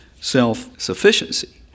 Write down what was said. self-sufficiency